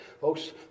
Folks